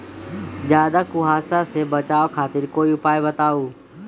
ज्यादा कुहासा से बचाव खातिर कोई उपाय बताऊ?